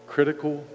Critical